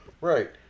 Right